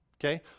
Okay